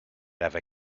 ever